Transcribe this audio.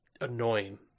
annoying